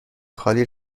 خالی